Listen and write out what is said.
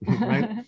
right